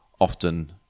often